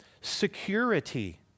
security